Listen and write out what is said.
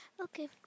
Okay